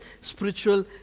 spiritual